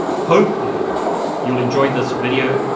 hopefully you'll enjoy this video.